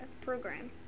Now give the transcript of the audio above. program